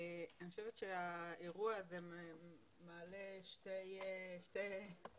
אני חושבת שהאירוע הזה מעלה שני אירועים,